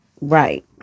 Right